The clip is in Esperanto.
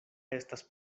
estas